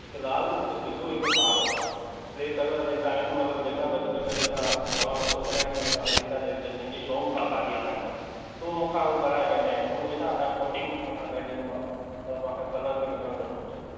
हिकु लाल हिकु ब्लू हिकु कारो टे कलर जेका आहिनि मतिलब जेका बि अॼकल्ह जा जेका जवान छोकिरा आहिनि जेका हलाईंदा जे खे शौंक़ु आहे गाॾी हलाइण जो त हू मूंखां हू कराए वेंदा आहिनि उन में छा तव्हांखे कोटींग मथां करे ॾींदोमाव त बाईक यो कलर भि निकिरींदो कोन्ह जल्दी